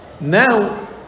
Now